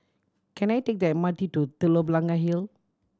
can I take the M R T to Telok Blangah Hill